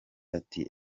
ati